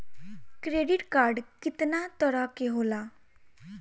Credit card कितना तरह के होला?